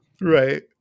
Right